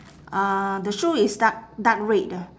uh the shoe is dark dark red